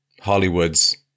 Hollywood's